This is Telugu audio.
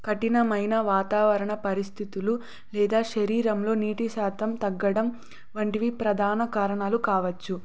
కఠినమైన వాతావరణ పరిస్థితులు లేదా శరీరంలో నీటి శాతం తగ్గడం వంటివి ప్రధాన కారణాలు కావచ్చు